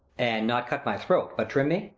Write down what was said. and not cut my throat, but trim me?